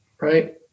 right